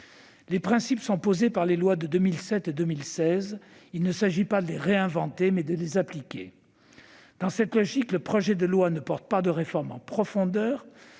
Les principes sont posés par les lois de 2007 et de 2016 ; il s'agit non pas de les réinventer, mais de les appliquer. Dans cette logique, le projet de loi ne porte pas de réforme en profondeur